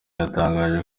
yatangaje